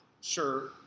Sure